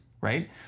right